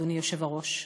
אדוני היושב-ראש,